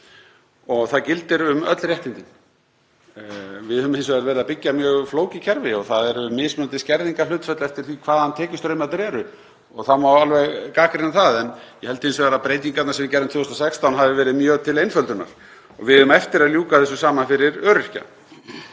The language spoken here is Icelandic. og það gildir um öll réttindin. Við höfum hins vegar verið að byggja upp mjög flókið kerfi og það eru mismunandi skerðingarhlutföll eftir því hvaðan tekjustraumarnir eru og það má alveg gagnrýna það. Ég held hins vegar að breytingarnar sem við gerðum 2016 hafi verið mjög til einföldunar og við eigum eftir að ljúka þessu sama fyrir öryrkja.